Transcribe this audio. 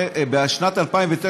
בשנת 2009,